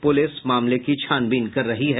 police मामले की छानबीन कर रही है